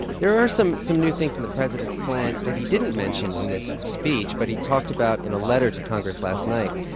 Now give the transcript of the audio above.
there are some some new things in the president's plan that he didn't mention in this speech, but he talked about in a letter to congress last night.